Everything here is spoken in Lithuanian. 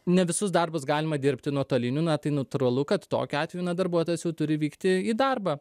ne visus darbus galima dirbti nuotoliniu na tai natūralu kad tokiu atveju na darbuotojas jau turi vykti į darbą